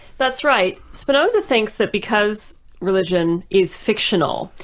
that's right. spinoza thinks that because religion is fictional,